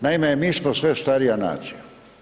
Naime, mi smo sve starija nacija.